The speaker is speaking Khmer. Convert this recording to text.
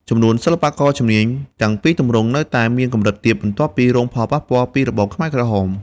ចំនួនសិល្បករជំនាញ ទាំងពីរទម្រង់នៅតែមានកម្រិតទាបបន្ទាប់ពីរងផលប៉ះពាល់ពីរបបខ្មែរក្រហម។